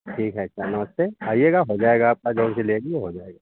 ठीक है अच्छा नमस्ते आईएगा हो जाएगा आपका जौन सी लेनी है हो जाएगा